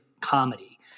comedy